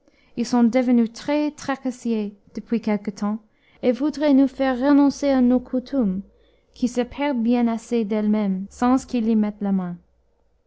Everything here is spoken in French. ils sont devenus très tracassiers depuis quelque temps et voudraient nous faire renoncer à nos coutumes qui se perdent bien assez d'elles-mêmes sans qu'ils y mettent la main